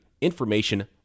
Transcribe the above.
information